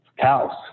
cows